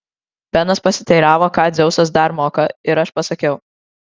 benas pasiteiravo ką dzeusas dar moka ir aš pasakiau